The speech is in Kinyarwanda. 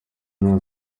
nta